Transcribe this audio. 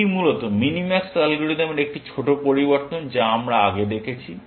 এটি মূলত মিনিম্যাক্স অ্যালগরিদমের একটি ছোট পরিবর্তন যা আমরা আগে দেখেছি